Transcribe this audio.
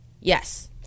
yes